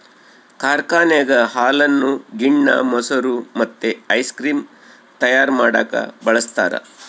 ಕಾರ್ಖಾನೆಗ ಹಾಲನ್ನು ಗಿಣ್ಣ, ಮೊಸರು ಮತ್ತೆ ಐಸ್ ಕ್ರೀಮ್ ತಯಾರ ಮಾಡಕ ಬಳಸ್ತಾರ